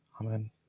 Amen